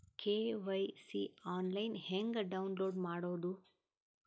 KYC online ಹೆಂಗ್ download ಮಾಡೋದು?